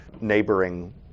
Neighboring